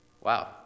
wow